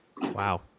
Wow